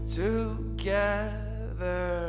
together